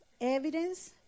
evidence